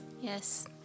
Yes